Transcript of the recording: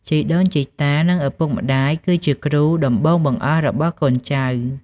ជីដូនជីតា និងឪពុកម្ដាយ គឺជា គ្រូដំបូងបង្អស់ របស់កូនចៅ។